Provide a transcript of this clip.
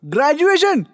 Graduation